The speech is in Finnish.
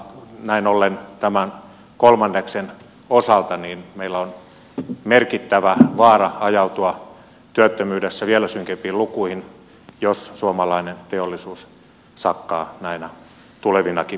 näin ollen tämän kolmanneksen osalta meillä on merkittävä vaara ajautua työttömyydessä vielä synkempiin lukuihin jos suomalainen teollisuus sakkaa näinä tulevinakin vuosina